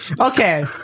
okay